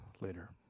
later